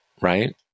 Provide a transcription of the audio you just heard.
right